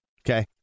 okay